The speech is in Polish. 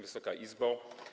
Wysoka Izbo!